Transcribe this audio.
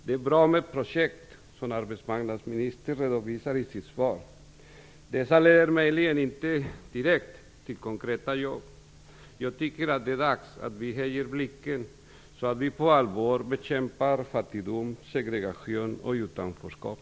Det är bra med projekt, som arbetsmarknadsministern redovisar i sitt svar, men dessa leder inte nödvändigtvis direkt till konkreta jobb. Jag tycker att det är dags att vi höjer blicken och på allvar bekämpar fattigdom, segregation och utanförskap.